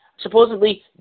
supposedly